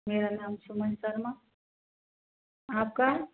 मेरा नाम सुमन शर्मा आपका